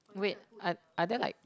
wait are are there like